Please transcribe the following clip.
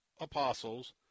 apostles